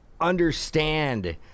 understand